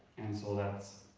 and so that's,